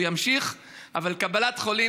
אבל קבלת חולים,